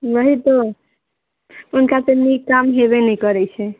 वएह तऽ हुनकासँ नीक काम हेबे नहि करै छै